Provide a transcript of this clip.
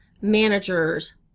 Managers